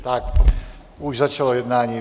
Tak, už začalo jednání.